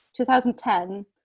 2010